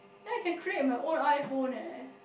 then I can create my own iPhone leh